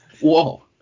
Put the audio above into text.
Whoa